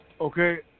Okay